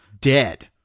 dead